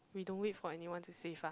we don't wait for anyone to save us